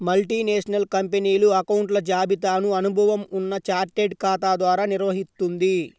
multinational కంపెనీలు అకౌంట్ల జాబితాను అనుభవం ఉన్న చార్టెడ్ ఖాతా ద్వారా నిర్వహిత్తుంది